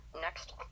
next